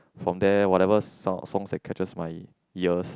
for there whatever's sound song that catches my ears